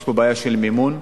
יש פה בעיה של מימון.